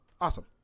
Awesome